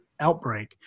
outbreak